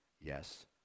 Yes